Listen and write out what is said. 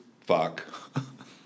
fuck